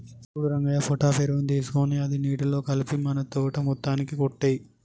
సూడు రంగయ్య పొటాష్ ఎరువుని తీసుకొని అది నీటిలో కలిపి మన తోట మొత్తానికి కొట్టేయి